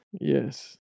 yes